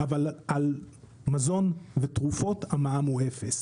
אבל על מזון ותרופות המע"מ הוא אפס,